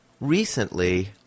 Recently